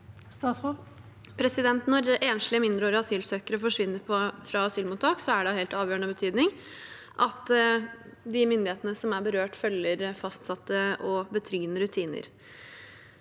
Når enslige mind- reårige asylsøkere forsvinner fra asylmottak, er det av helt avgjørende betydning at de myndigheter som er berørt, følger fastsatte og betryggende rutiner.